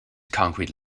concrete